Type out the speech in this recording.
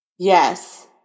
Yes